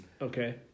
Okay